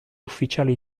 ufficiali